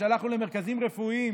שהלכנו למרכזים רפואיים